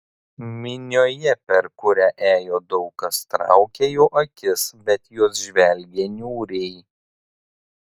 minioje per kurią ėjo daug kas traukė jo akis bet jos žvelgė niūriai